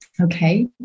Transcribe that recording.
Okay